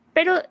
Pero